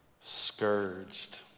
Scourged